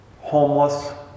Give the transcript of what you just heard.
homeless